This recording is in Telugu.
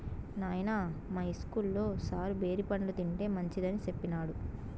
నాయనా, మా ఇస్కూల్లో సారు బేరి పండ్లు తింటే మంచిదని సెప్పినాడు